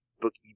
Bookie